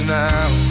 now